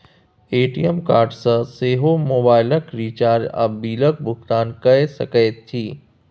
ATM card सँ सेहो मोबाइलक रिचार्ज आ बिलक भुगतान कए सकैत छी